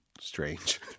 strange